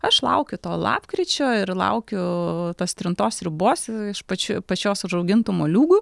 aš laukiu to lapkričio ir laukiu tos trintos sriubos iš pačių pačios užaugintų moliūgų